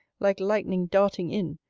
like lightning darting in,